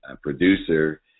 producer